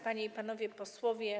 Panie i Panowie Posłowie!